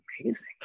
amazing